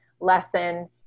lesson